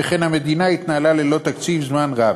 שכן המדינה התנהלה ללא תקציב זמן רב.